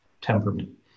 temperament